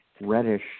reddish